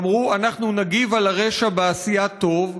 אמרו: אנחנו נגיב על הרשע בעשיית טוב,